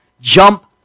jump